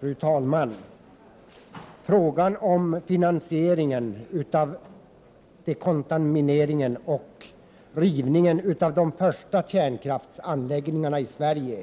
Fru talman! Frågan om finansieringen av dekontamineringen och rivningen av de första kärnkraftsanläggningarna i Sverige,